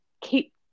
keep